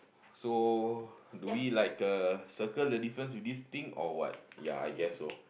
so do we like uh circle the difference with this thing or what ya I guess so